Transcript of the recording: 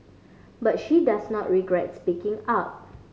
but she does not regrets speaking up